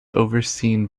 overseen